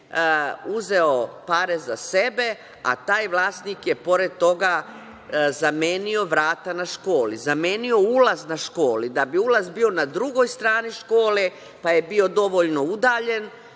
uzeo pare za sebe, a taj vlasnik je pored toga zamenio vrata na školi, zamenio ulaz na školi, da bi ulaz bio na drugoj strani škole, pa je bio dovoljno udaljen